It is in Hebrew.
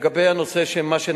לגבי מה שנעשה.